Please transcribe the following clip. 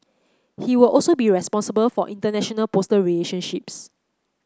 he will also be responsible for international postal relationships